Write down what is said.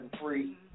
free